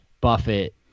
Buffett